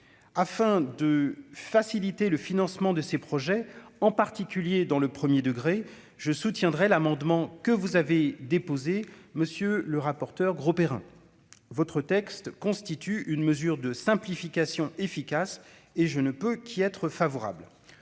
afin de faciliter le financement de ces projets, en particulier dans le 1er degré, je soutiendrai l'amendement que vous avez déposé, monsieur le rapporteur Grosperrin votre texte constitue une mesure de simplification efficace et je ne peux qu'y être favorable,